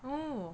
oh